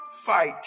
fight